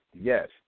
yes